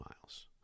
miles